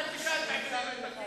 תשאל את כל מי שהיו וחזרו.